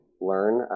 learn